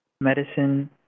medicine